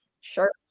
Sure